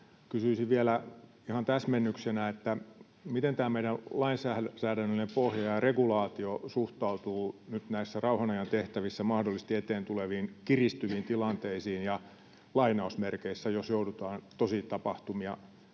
kysyisin vielä ihan täsmennyksenä: miten tämä meidän lainsäädännöllinen pohja ja regulaatio suhtautuu nyt näissä rauhanajan tehtävissä mahdollisesti eteen tuleviin, kiristyviin tilanteisiin, ja, lainausmerkeissä, jos joudutaan osallisiksi niin